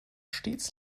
stets